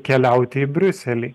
keliauti į briuselį